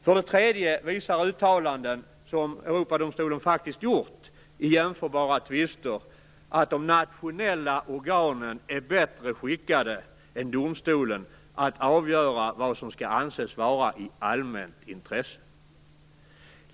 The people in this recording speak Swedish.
För det tredje visar uttalanden som Europadomstolen faktiskt gjort i jämförbara tvister att de nationella organen är bättre skickade än domstolen att avgöra vad som skall anses vara i allmänt intresse.